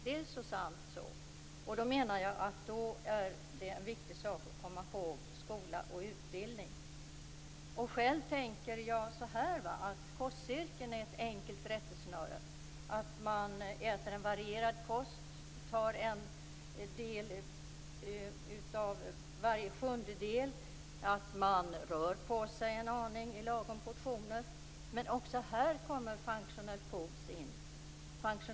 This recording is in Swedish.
Det är så sant så. Skola och utbildning är där viktigt att komma ihåg. Kostcirkeln är ett enkelt rättesnöre, att man äter en varierad kost, att man tar en del av varje sjundedel, att man rör på sig i lagom portioner. Också här kommer functional foods in.